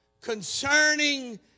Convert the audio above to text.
concerning